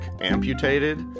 amputated